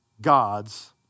God's